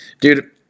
Dude